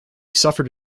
suffered